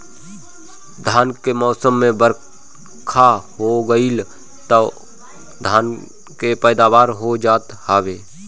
धान के मौसम में बरखा हो गईल तअ धान के पैदावार हो जात हवे